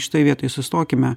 šitoje vietoj sustokime